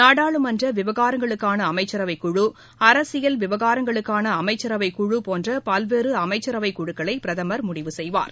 நாடாளுமன்ற விவகாரங்களுக்கான அஸ்மச்சரவைக் குழு அரசியல் விவகாரங்களுக்கான அமைச்சரவைக் குழு போன்ற பல்வேறு அமைச்சரவைக் குழுக்களை பிரதமர் முடிவுசெய்வார்